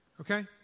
okay